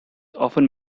often